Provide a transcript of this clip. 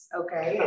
okay